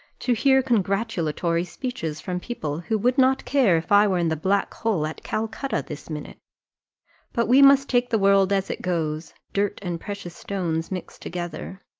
to hear congratulatory speeches from people, who would not care if i were in the black hole at calcutta this minute but we must take the world as it goes dirt and precious stones mixed together.